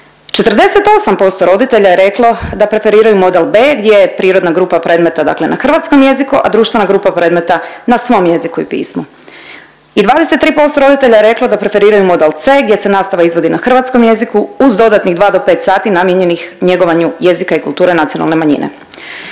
48% roditelja je reklo da preferiraju model B, gdje je prirodna grupa predmeta dakle na hrvatskom jeziku, a društvena grupa predmeta na svom jeziku i pismu. I 23% roditelja je reklo da preferiraju model C, gdje se nastava izvodi na hrvatskom jeziku uz dodatnih 2 do 5 sati namijenjenih njegovanju jezika i kulture nacionalne manjine.